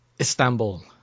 Istanbul